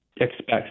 expect